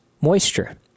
moisture